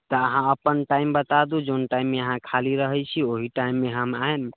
तऽ अहाँ अपन टाइम बता दू कोन टाइममे अहाँ खाली रहै छी ओहि टाइममे हम आइम